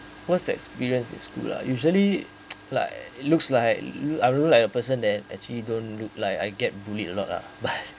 was experience is good lah usually like looks like uh looks like a person that actually don't look like I get bullied a lot lah but